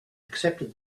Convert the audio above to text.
accepted